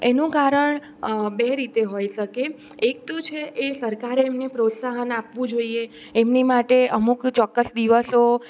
એનું કારણ બે રીતે હોઈ શકે એક તો છે એ સરકારે એમને પ્રોત્સાહન આપવું જોઈએ એમની માટે અમુક ચોક્કસ દિવસો